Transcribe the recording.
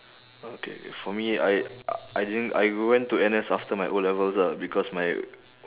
okay K for me I I didn't I went to N_S after my O-levels ah because my